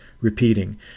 repeating